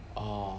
orh